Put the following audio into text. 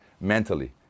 mentally